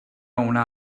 una